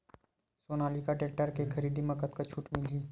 Sonalika tractor के खरीदी मा कतका छूट मीलही?